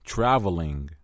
Traveling